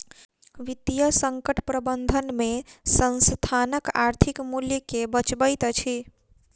वित्तीय संकट प्रबंधन में संस्थानक आर्थिक मूल्य के बचबैत अछि